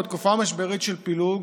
בתקופה המשברית של פילוג,